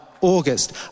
August